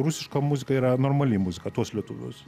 rusiška muzika yra normali muzika tuos lietuvius